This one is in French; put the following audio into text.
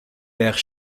père